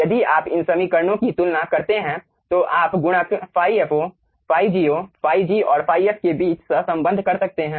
यदि आप इन समीकरणों की तुलना करते हैं तो आप गुणक ϕfo ϕgo ϕg और ϕf के बीच सहसंबंध कर सकते हैं